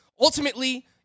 Ultimately